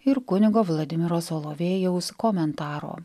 ir kunigo vladimiro solovejaus komentaro